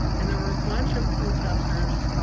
and there were a bunch of protesters,